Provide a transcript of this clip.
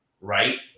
right